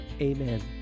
Amen